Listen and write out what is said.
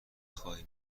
خوای